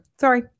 sorry